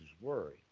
worry